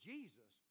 Jesus